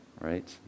Right